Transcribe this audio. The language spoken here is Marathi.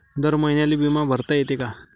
दर महिन्याले बिमा भरता येते का?